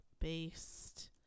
based